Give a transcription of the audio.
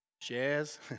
shares